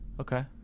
Okay